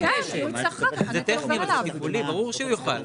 זה טכני, ברור שהוא יוכל.